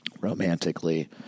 romantically